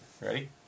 Ready